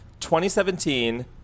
2017